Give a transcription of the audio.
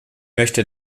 möchte